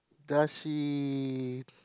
does she